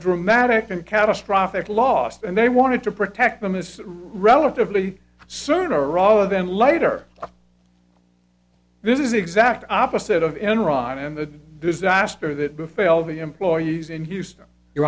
dramatic and catastrophic loss and they wanted to protect them is relatively sooner rather than later this is the exact opposite of enron and the disaster that befell the employees in houston you